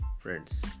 Friends